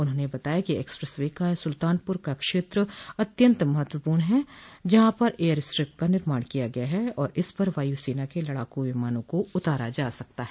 उन्होंने बताया कि एक्सप्रेस वे का सुल्तानपुर का क्षेत्र अत्यन्त महत्वपूर्ण है जहां पर एयर स्ट्रिप का निर्माण किया गया है और इस पर वायुसेना के लड़ाकू विमानों को उतारा जा सकता है